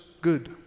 good